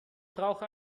brauche